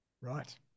Right